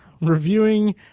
reviewing